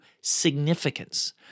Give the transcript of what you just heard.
significance